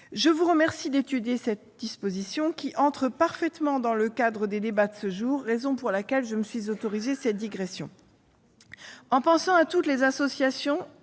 Je vous remercie d'étudier cette disposition, qui entre parfaitement dans le cadre des débats de ce jour, raison pour laquelle je me suis autorisée cette digression.